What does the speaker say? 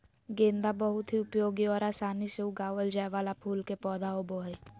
गेंदा बहुत ही उपयोगी और आसानी से उगावल जाय वाला फूल के पौधा होबो हइ